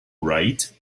wright